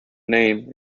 name